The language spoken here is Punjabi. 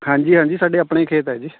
ਹਾਂਜੀ ਹਾਂਜੀ ਸਾਡੇ ਆਪਣੇ ਹੀ ਖੇਤ ਹੈ ਜੀ